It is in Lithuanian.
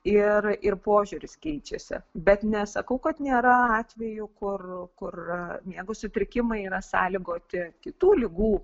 ir ir požiūris keičiasi bet nesakau kad nėra atvejų kur kur miego sutrikimai yra sąlygoti kitų ligų